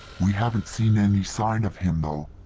we haven't seen any sign of him, though.